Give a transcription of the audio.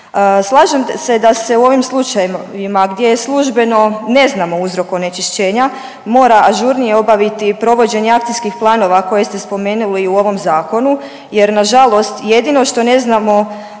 Slažem se da se u ovim slučajevima gdje službeno ne znamo uzrok onečišćenja mora ažurnije obaviti provođenje akcijskih planova koje ste spomenuli u ovom zakonu jer nažalost jedino što ne znamo